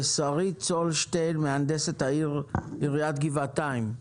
שרית צולשיין, מהנדסת עיריית גבעתיים.